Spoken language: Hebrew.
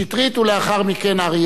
ולאחר מכן חבר הכנסת אריה אלדד,